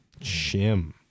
Shim